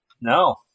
No